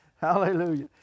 Hallelujah